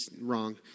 wrong